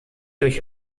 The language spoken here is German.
durch